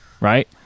right